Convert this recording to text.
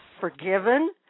Forgiven